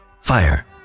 Fire